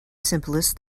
simplest